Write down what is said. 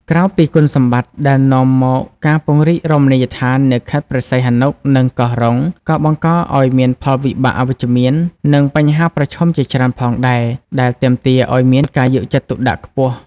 ក្រៅពីគុណសម្បត្តិដែលនាំមក ការពង្រីករមណីយដ្ឋាននៅខេត្តព្រះសីហនុ និងកោះរ៉ុង ក៏បង្កឲ្យមានផលវិបាកអវិជ្ជមាន និងបញ្ហាប្រឈមជាច្រើនផងដែរ ដែលទាមទារឲ្យមានការយកចិត្តទុកដាក់ខ្ពស់។